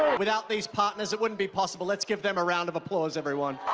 without these partners, it wouldn't be possible. let's give them a round of applause, everyone.